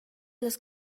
los